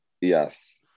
yes